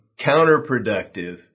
counterproductive